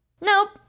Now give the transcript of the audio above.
Nope